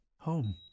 Home